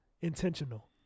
Intentional